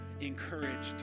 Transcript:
encouraged